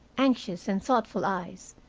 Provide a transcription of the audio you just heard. anxious and thoughtful eyes,